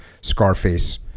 Scarface